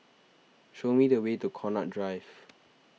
show me the way to Connaught Drive